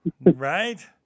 Right